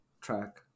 track